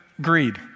greed